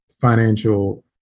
financial